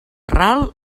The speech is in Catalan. ral